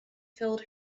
filled